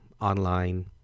online